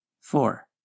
Four